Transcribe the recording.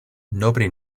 nobody